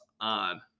on